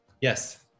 Yes